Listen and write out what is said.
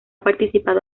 participado